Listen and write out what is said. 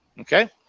Okay